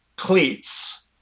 cleats